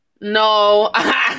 No